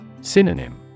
Synonym